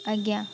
ଆଜ୍ଞା